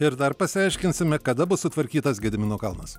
ir dar pasiaiškinsime kada bus sutvarkytas gedimino kalnas